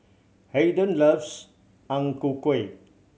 Haiden loves Ang Ku Kueh